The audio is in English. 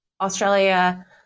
Australia